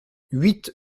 huit